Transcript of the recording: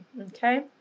okay